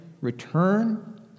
return